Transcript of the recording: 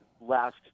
last